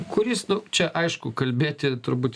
kuris čia aišku kalbėti turbūt